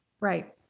right